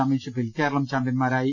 ചാമ്പ്യൻഷിപ്പിൽ കേരളം ചാമ്പ്യന്മാരായി